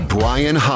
Brian